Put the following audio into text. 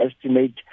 estimate